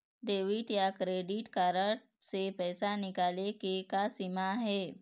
Debit या credit card से पैसा निकाले के का सीमा हे?